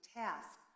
task